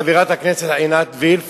חברת הכנסת עינת וילף,